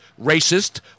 racist